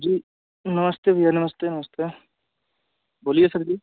जी नमस्ते भैया नमस्ते नमस्ते बोलिए सर जी